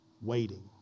Waiting